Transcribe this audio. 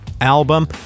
album